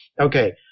okay